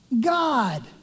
god